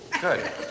Good